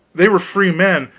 they were freemen,